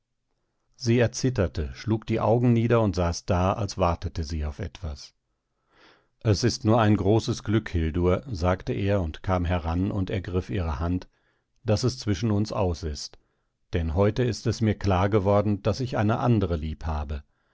sie erzitterte schlug die augen nieder und saß da als wartete sie auf etwas es ist nur ein großes glück hildur sagte er und kam heran und ergriff ihre hand daß es zwischen uns aus ist denn heute ist es mir klar geworden daß ich eine andre lieb habe